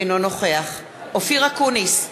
אינו נוכח אופיר אקוניס,